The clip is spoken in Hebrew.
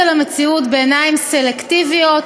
נשמעות גם טענות מופרכות על פגיעה בבג"ץ.